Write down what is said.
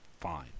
Fine